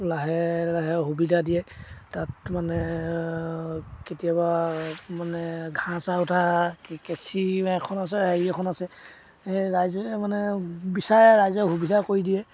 লাহে লাহে সুবিধা দিয়ে তাত মানে কেতিয়াবা মানে ঘাঁহ চাহ উঠা কেঁচি এখন আছে হেৰি এখন আছে সেই ৰাইজে মানে বিচাৰে ৰাইজে সুবিধা কৰি দিয়ে